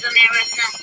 America